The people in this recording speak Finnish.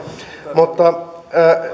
mutta